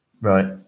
Right